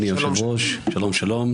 אדוני היושב ראש שלום שלום,